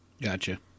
Gotcha